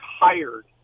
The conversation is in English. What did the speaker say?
tired